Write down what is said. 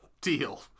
Deal